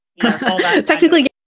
Technically